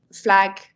flag